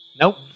Nope